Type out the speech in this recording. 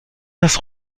das